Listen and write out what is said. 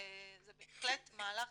זה בהחלט מהלך